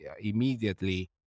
immediately